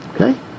Okay